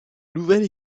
nouvelle